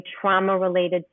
trauma-related